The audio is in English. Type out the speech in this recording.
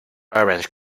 orange